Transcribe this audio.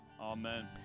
Amen